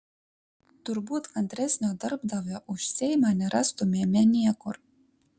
turbūt kantresnio darbdavio už seimą nerastumėme niekur